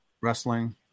wrestling